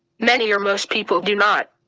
many or most people do not.